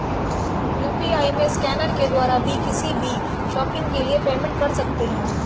UPI में scanner के द्वारा भी किसी भी शॉपिंग के लिए पेमेंट कर सकते है